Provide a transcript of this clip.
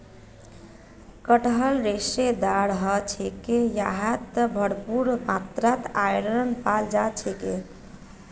कटहल रेशेदार ह छेक यहात भरपूर मात्रात आयरन पाल जा छेक